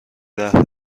رهبر